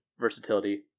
versatility